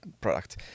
product